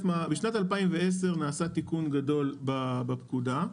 בשנת 2010 נעשה תיקון גדול בפקודה,